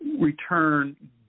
Return